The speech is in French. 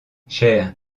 chère